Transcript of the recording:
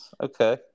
Okay